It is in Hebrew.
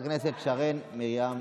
חברת הכנסת שרן מרים השכל,